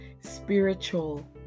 Spiritual